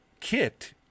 kit